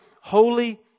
holy